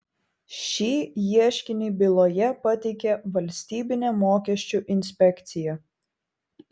šį ieškinį byloje pateikė valstybinė mokesčių inspekcija